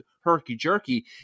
herky-jerky